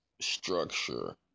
structure